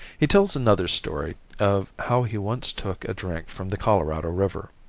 he tells another story of how he once took a drink from the colorado river.